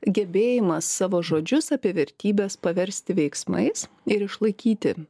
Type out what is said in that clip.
gebėjimas savo žodžius apie vertybes paversti veiksmais ir išlaikyti